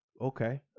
Okay